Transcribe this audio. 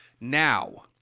Now